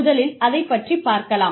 முதலில் அதைப் பற்றிப் பார்க்கலாம்